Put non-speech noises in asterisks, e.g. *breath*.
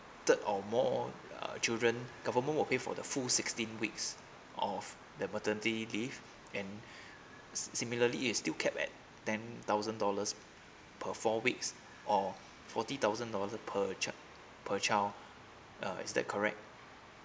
third or more uh children the government will pay for the full sixteen weeks of the maternity leave *breath* and *breath* similarly it's still cap at ten thousand dollars per four weeks *breath* or forty thousand per child per child uh is that correct